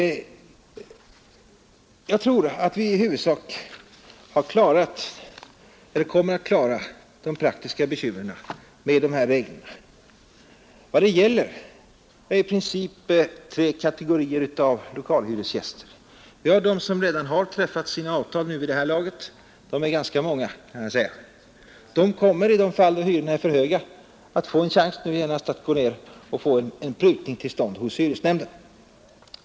Jag tror att vi med dessa regler i huvudsak kommer att klara de praktiska svårigheterna. Svårigheterna hänför sig i princip till tre kategorier av lokalhyresgäster. Det finns de som vid detta laget redan har träffat sina avtal — de är ganska många. De kommer i de fall då hyrorna är för höga att få en chans att få en prutning till stånd hos hyresnämnden.